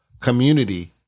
community